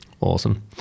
Awesome